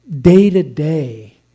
day-to-day